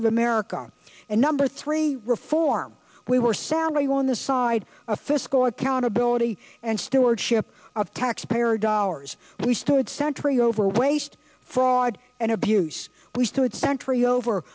of america and number three reform we were soundly won the side a fiscal accountability and stewardship of taxpayer dollars we stood sentry over waste fraud and abuse we stood sentry over